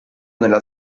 nella